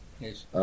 Yes